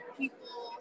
people